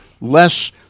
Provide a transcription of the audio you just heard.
less